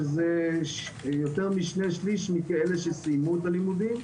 שזה יותר משני-שליש מאלה שסיימו את הלימודים.